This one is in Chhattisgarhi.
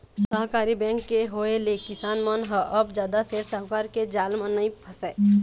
सहकारी बेंक के होय ले किसान मन ह अब जादा सेठ साहूकार के जाल म नइ फसय